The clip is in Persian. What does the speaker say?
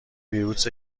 ویروس